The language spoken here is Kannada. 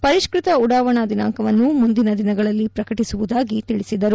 ಪರಿಷ್ಪತ ಉಡಾವಣಾ ದಿನಾಂಕವನ್ನು ಮುಂದಿನ ದಿನಗಳಲ್ಲಿ ಪ್ರಕಟಿಸುವುದಾಗಿ ತಿಳಿಸಿದರು